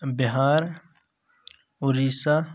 Bihar Orissa